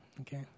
Okay